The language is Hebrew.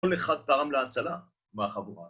‫כל אחד טרם להצלה, מהחבורה.